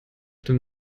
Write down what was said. dem